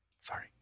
Sorry